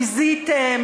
ביזיתם,